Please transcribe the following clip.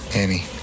annie